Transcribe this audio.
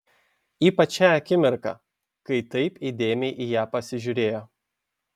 ypač šią akimirką kai taip įdėmiai į ją pasižiūrėjo